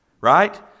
right